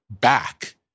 back